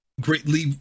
greatly